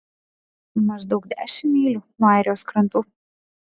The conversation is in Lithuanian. maždaug dešimt mylių nuo airijos krantų